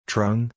Trung